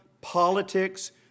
politics